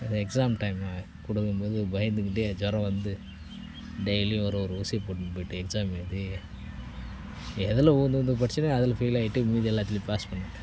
exam time கொடுக்கும்போது பயந்துகிட்டே ஜுரம் வந்து டெய்லியும் ஒரு ஒரு ஊசியை போட்டுனு போய்ட்டு எக்ஸாம் எழுதி எதில் விழுந்து விழுந்து படித்தேனோ அதில் ஃபெயில் ஆகிட்டு மீதி எல்லாத்துலேயும் பாஸ் பண்ணிட்டேன்